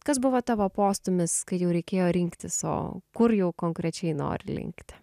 kas buvo tavo postūmis kai jau reikėjo rinktis o kur jau konkrečiai nori linkti